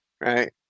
right